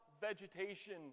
vegetation